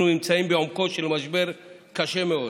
אנחנו נמצאים בעומקו של משבר קשה מאוד,